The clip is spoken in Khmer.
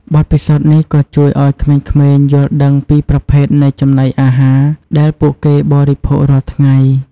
បទពិសោធន៍នេះក៏ជួយឱ្យក្មេងៗយល់ដឹងពីប្រភពនៃចំណីអាហារដែលពួកគេបរិភោគរាល់ថ្ងៃ។